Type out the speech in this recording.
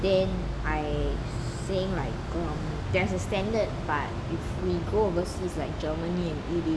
then I saying like there's a standard but if we go overseas like germany and eat it